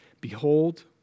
behold